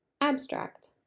Abstract